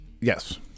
yes